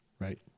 Right